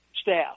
staff